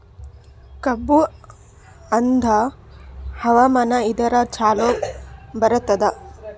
ಕಬ್ಬು ಎಂಥಾ ಹವಾಮಾನ ಇದರ ಚಲೋ ಬರತ್ತಾದ?